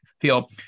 feel